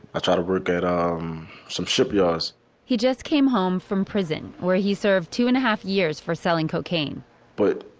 i tried to work at um some shipyards he just came home from prison where he served two and a half years for selling cocaine but,